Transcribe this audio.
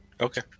Okay